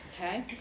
Okay